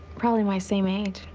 probably my same age.